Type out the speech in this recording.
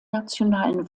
nationalen